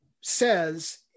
says